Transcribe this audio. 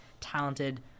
talented